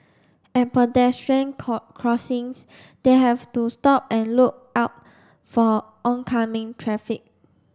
at pedestrian crossings they have to stop and look out for oncoming traffic